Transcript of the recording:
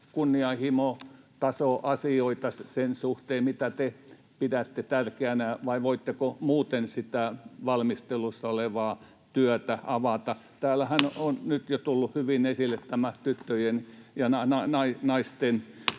kunnianhimotasoasioita sen suhteen, mitä te pidätte tärkeänä, tai voitteko muuten sitä valmistelussa olevaa työtä avata? Täällähän on nyt jo tullut hyvin esille tämä tyttöjen ja naisten [Puhemies